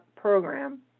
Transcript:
program